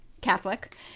Catholic